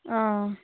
ꯑꯥ